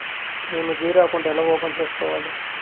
మేము zero account ఎలా open సేసుకోవాలి